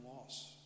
loss